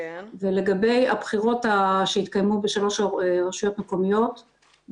לגבי הבחירות שהתקיימו בשלוש רשויות מקומיות,